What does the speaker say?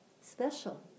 special